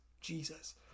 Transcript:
Jesus